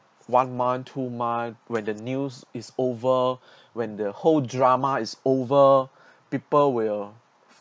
one month two month when the news is over when the whole drama is over people will